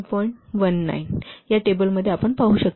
19 आपण या टेबलमध्ये पाहू शकता